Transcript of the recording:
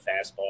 fastball